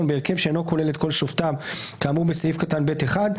בהרכב שאינו כולל את כל שופטיו כאמור בסעיף קטן (ב)(1),